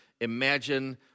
imagine